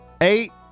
eight